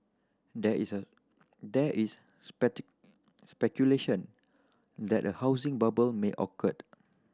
there is a there is speculation that a housing bubble may occurred